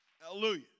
Hallelujah